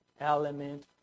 element